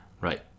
Right